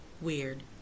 weird